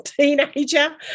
teenager